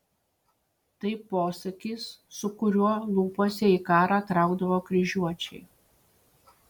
tai posakis su kuriuo lūpose į karą traukdavo kryžiuočiai